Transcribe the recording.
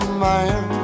man